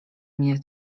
mnie